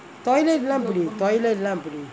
toilet லாம் எப்டி:laam epdi toilet லாம் எப்டி:laam epdi